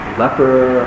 leper